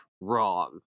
wrong